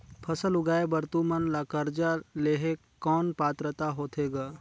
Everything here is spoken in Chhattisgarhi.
फसल उगाय बर तू मन ला कर्जा लेहे कौन पात्रता होथे ग?